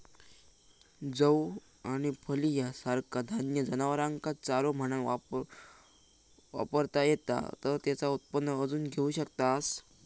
जौ आणि फलिया सारखा धान्य जनावरांका चारो म्हणान वापरता येता तर तेचा उत्पन्न अजून घेऊ शकतास